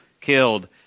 killed